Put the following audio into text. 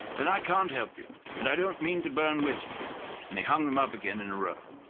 then i can't help you, and i don't mean to burn with you and he hung them up again in a row.